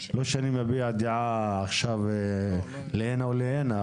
לא שאני מביע דעה עכשיו הנה או הנה,